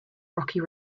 rocky